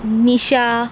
Nisha